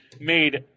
made